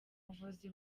buvuzi